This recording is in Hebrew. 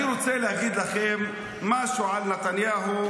אני רוצה להגיד לכם משהו על נתניהו,